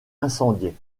incendiée